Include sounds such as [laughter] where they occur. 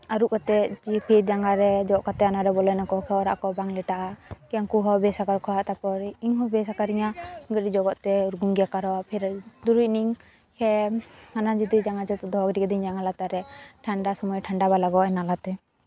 ᱟᱹᱨᱩᱵ ᱠᱟᱛᱮ ᱡᱮᱭᱠᱤ [unintelligible] ᱡᱟᱸᱜᱟ ᱨᱮ ᱡᱚᱛ ᱠᱟᱛᱮ ᱵᱚᱞᱚᱭ ᱱᱟᱠᱚ ᱮᱰᱮᱠᱷᱟᱱ ᱚᱲᱟᱜ ᱠᱚ ᱵᱟᱝ ᱞᱮᱴᱟᱜᱼᱟ ᱩᱱᱠᱩ ᱦᱚᱸ ᱵᱮᱥ ᱟᱠᱟᱨ ᱦᱳᱭᱚᱜ ᱛᱟᱠᱚᱣᱟ ᱤᱧ ᱦᱚᱸ ᱵᱮᱥ ᱠᱟᱣᱫᱤᱧᱟᱹ ᱟᱹᱨᱤ ᱡᱚᱜᱚᱜ ᱛᱮ ᱩᱨᱜᱩᱢ ᱜᱮᱭᱟ ᱠᱟᱨᱚᱱ ᱯᱷᱤᱨ ᱫᱩᱲᱩᱵ ᱱᱟᱹᱧ ᱚᱱᱟ ᱡᱩᱫᱤ ᱡᱟᱸᱜᱟ ᱡᱚᱜ ᱫᱚᱦᱚ ᱜᱤᱰᱤ ᱠᱟᱹᱫᱟᱹᱧ ᱡᱟᱸᱜᱟ ᱞᱟᱛᱟᱨ ᱨᱮ ᱴᱷᱟᱱᱰᱟ ᱥᱚᱢᱚᱭ ᱴᱷᱟᱱᱰᱟ ᱵᱟᱝ ᱞᱟᱜᱟᱜᱼᱟ ᱚᱱᱟᱛᱮ